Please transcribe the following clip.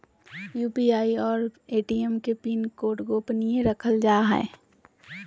UPI और ATM के PIN गोपनीय रखल जा हइ